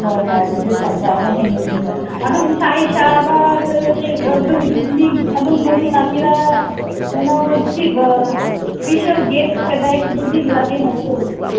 ꯍꯣꯏ ꯍꯣꯏ ꯑꯗꯨꯗꯤ ꯐꯖꯕ ꯍꯌꯦꯡ ꯌꯦꯡꯕ ꯑꯗꯨꯝ ꯏꯁꯥ ꯏꯁꯥ ꯉꯥꯛꯇꯁꯤꯡ ꯑꯗꯨꯝ ꯃꯤ ꯑꯗꯨꯝ ꯑꯗꯨ ꯂꯥꯛꯀꯦꯔꯥ ꯀꯩꯅꯣꯒꯤ ꯏꯁꯄꯤꯁꯤꯌꯦꯜ ꯒꯦꯁ ꯀꯗꯥꯏ ꯀꯗꯥꯏꯗꯒꯤ ꯂꯥꯛꯀꯦ ꯍꯥꯏꯕ꯭꯭ꯔꯣ